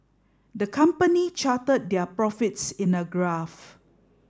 the company charted their profits in a graph